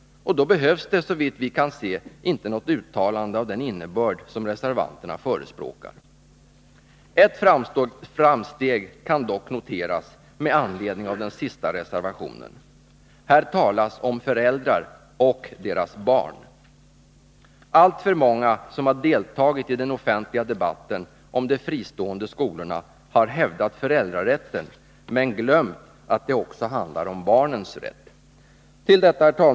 Därmed behövs det såvitt vi kan se inte något uttalande av den innebörd som reservanterna förespråkar. Ett framsteg kan dock noteras med anledning av den sista reservationen. Här talas om föräldrar och deras barn. Alltför många som har deltagit i den offentliga debatten om de fristående skolorna har hävdat föräldrarätten men glömt att det också handlar om barnens rätt.